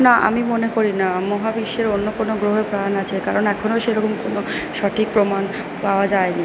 না আমি মনে করি না মহাবিশ্বের অন্য কোনো গ্রহে প্রাণ আছে কারণ এখনো সেরকম কোনো সঠিক প্রমাণ পাওয়া যায় নি